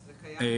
זה קיים?